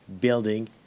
building